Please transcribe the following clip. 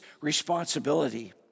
responsibility